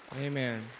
Amen